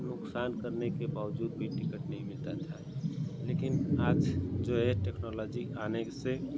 नुकसान करने के बावजूद टिकट नहीं मिलता था लेकिन आज जो है टेक्नोलॉज़ी आने से